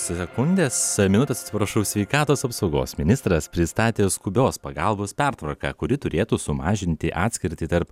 sekundės minutės prašau sveikatos apsaugos ministras pristatė skubios pagalbos pertvarką kuri turėtų sumažinti atskirtį tarp